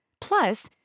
Plus